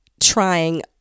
trying